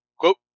Quote